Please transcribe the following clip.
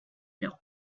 leur